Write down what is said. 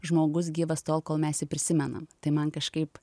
žmogus gyvas tol kol mes jį prisimenam tai man kažkaip